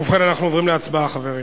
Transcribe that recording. ובכן, אנחנו עוברים להצבעה, חברים.